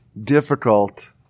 difficult